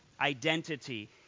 identity